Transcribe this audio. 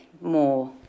more